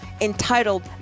entitled